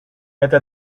это